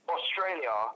Australia